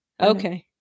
Okay